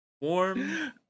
warm